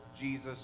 Jesus